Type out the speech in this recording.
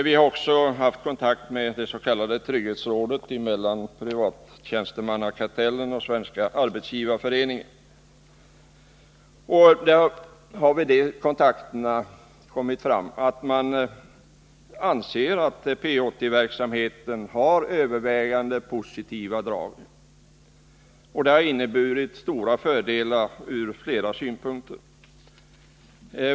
Vi har där också haft kontakt med det s.k. trygghetsrådet, som är ett organ mellan Privattjänstemannakartellen och Svenska Arbetsgivareföreningen. Det har därvid framkommit att man anser att P 80-verksamheten har övervägande positiva drag och att den har inneburit stora fördelar ur flera synpunkter.